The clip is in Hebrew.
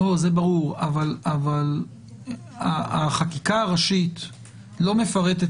ברור, אבל הצעת החוק לא מפרטת